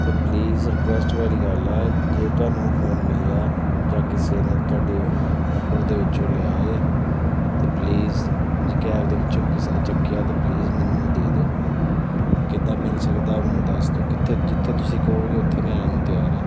ਅਤੇ please request ਵਾਲੀ ਗੱਲ ਹੈ ਜੇ ਤੁਹਾਨੂੰ ਉਹ ਫੋਨ ਮਿਲਿਆ ਜਾਂ ਕਿਸੇ ਨੇ ਤੁਹਾਡੀ ਉਬਰ ਦੇ ਵਿੱਚੋਂ ਲਿਆ ਹੈ ਅਤੇ ਪਲੀਜ਼ ਜੇ ਕੈਬ ਦੇ ਵਿੱਚੋਂ ਵੀ ਕਿਸੇ ਨੇ ਚੱਕਿਆ ਤਾਂ ਪਲੀਜ਼ ਮੈਨੂੰ ਉਹ ਦੇ ਦਿਓ ਅਤੇ ਕਿੱਦਾਂ ਮਿਲ ਸਕਦਾ ਮੈਨੂੰ ਦੱਸ ਦਿਓ ਕਿੱਥੇ ਜਿੱਥੇ ਤੁਸੀਂ ਕਹੋਗੇ ਉੱਥੇ ਮੈਂ ਆਉਣ ਨੂੰ ਤਿਆਰ ਹਾਂ